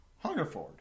Hungerford